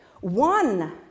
one